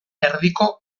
erdiko